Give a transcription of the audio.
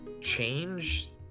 change